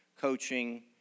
coaching